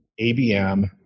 ABM